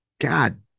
god